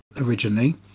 originally